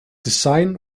design